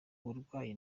burwayi